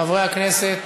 חברי הכנסת.